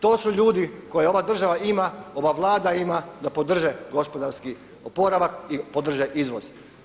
To su ljudi koje ova država ima, ova Vlada ima da podrže gospodarski oporavak i podrže izvoz.